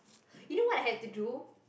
you know what I had to do